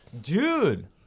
Dude